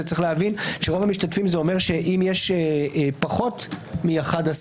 צריך להבין שרוב המשתתפים אומר שאם יש פחות מ-11,